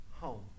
home